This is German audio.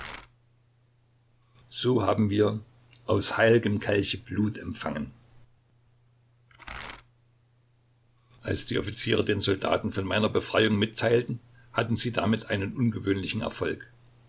so haben wir aus heil'gem kelche blut empfangen als die offiziere den soldaten von meiner befreiung mitteilten hatten sie damit einen ungewöhnlichen erfolg